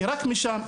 כי רק משם,